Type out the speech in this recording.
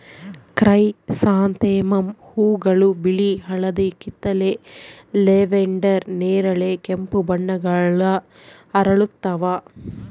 chrysanthemum ಹೂವುಗಳು ಬಿಳಿ ಹಳದಿ ಕಿತ್ತಳೆ ಲ್ಯಾವೆಂಡರ್ ನೇರಳೆ ಕೆಂಪು ಬಣ್ಣಗಳ ಅರಳುತ್ತವ